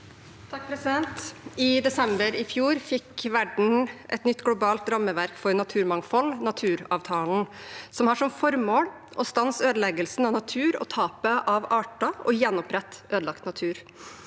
(MDG) «I desember i fjor fikk verden et nytt globalt rammeverk for naturmangfold (Naturavtalen) som har som formål å stanse ødeleggelsen av natur og tapet av arter og gjenopprette ødelagt natur.